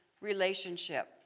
relationship